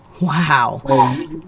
wow